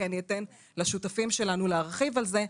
כי אני אתן לשותפים שלנו להרחיב על זה.